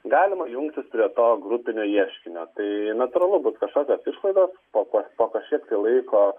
galima jungtis prie to grupinio ieškinio tai natūralu bus kažkokios išlaidos po po kažkiek tai laiko